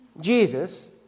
Jesus